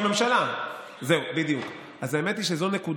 יש כאן ראש ממשלה, שהיה חבר